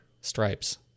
stripes